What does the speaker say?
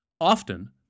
Often